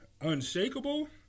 unshakable